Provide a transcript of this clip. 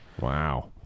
Wow